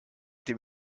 dem